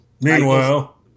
Meanwhile